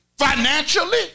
Financially